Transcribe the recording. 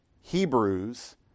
Hebrews